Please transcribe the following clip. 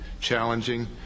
challenging